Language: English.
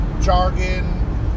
jargon